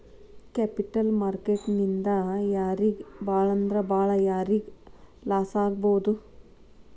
Capital market ನಿಂದಾ ಯಾರಿಗ್ ಭಾಳಂದ್ರ ಭಾಳ್ ಯಾರಿಗ್ ಲಾಸಾಗ್ಬೊದು?